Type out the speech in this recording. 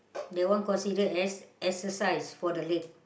that want consider as exercise for the leg